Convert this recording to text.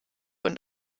und